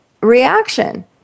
reaction